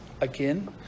Again